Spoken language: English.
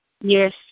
Yes